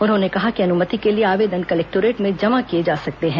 उन्होंने कहा कि अनुमति के लिए आवेदन कलेक्टोरेट में जमा किए जा सकते हैं